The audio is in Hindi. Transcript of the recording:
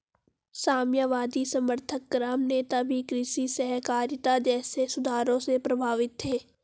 साम्यवादी समर्थक ग्राम नेता भी कृषि सहकारिता जैसे सुधारों से प्रभावित थे